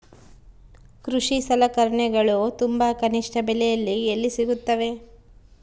ಕೃಷಿ ಸಲಕರಣಿಗಳು ತುಂಬಾ ಕನಿಷ್ಠ ಬೆಲೆಯಲ್ಲಿ ಎಲ್ಲಿ ಸಿಗುತ್ತವೆ?